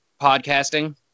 podcasting